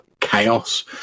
chaos